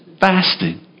fasting